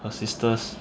her sisters